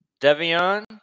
Devion